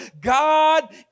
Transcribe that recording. God